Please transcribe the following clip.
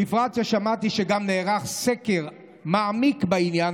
בפרט ששמעתי שגם נערך סקר מעמיק בעניין